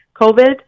covid